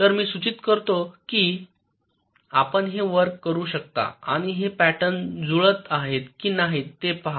तर मी सुचवितो की आपण हे वर्क करू शकता आणि हे पॅटर्न जुळत आहेत की नाही ते पहा